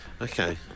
Okay